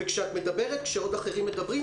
כשאת מדברת בעוד אחרים מדבירם,